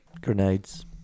Grenades